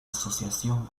asociación